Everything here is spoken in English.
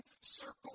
circle